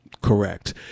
correct